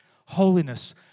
Holiness